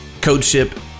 CodeShip